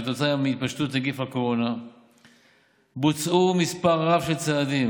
התפשטות נגיף הקורונה בוצע מספר רב של צעדים,